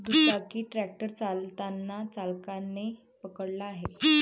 दुचाकी ट्रॅक्टर चालताना चालकाने पकडला आहे